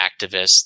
activists